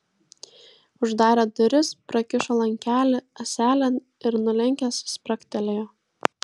uždarė duris prakišo lankelį ąselėn ir nulenkęs spragtelėjo